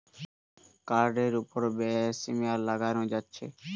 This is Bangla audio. কার্ডের উপর ব্যয়ের সীমা লাগানো যাচ্ছে